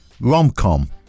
rom-com